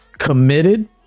committed